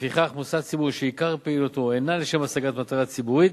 לפיכך מוסד ציבורי שעיקר פעילותו אינה לשם השגת מטרה ציבורית